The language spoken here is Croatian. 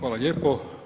Hvala lijepo.